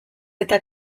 eta